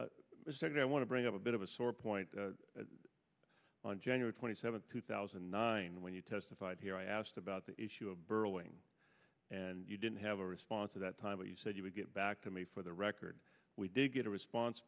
said i want to bring up a bit of a sore point on january twenty seventh two thousand and nine when you testified here i asked about the issue of burrowing and you didn't have a response of that time but you said you would get back to me for the record we did get a response